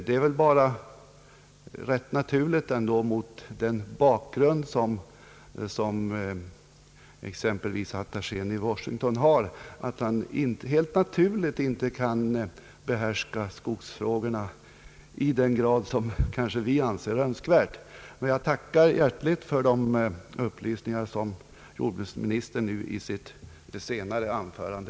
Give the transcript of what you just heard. Det är väl bara rätt naturligt mot den bakgrund som exempelvis attachén i Washington har att han inte kan behärska skogsfrågorna i den grad som vi anser önskvärt. Men jag tackar hjärtligt för de upplysningar som jordbruksministern lämnade i sitt senaste anförande.